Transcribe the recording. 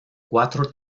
cuatro